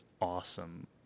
awesome